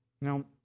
Now